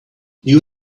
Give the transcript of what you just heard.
you